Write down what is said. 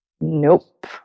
Nope